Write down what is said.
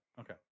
Okay